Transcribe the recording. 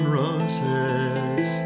roses